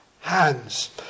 hands